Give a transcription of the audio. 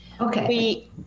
Okay